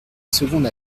seconde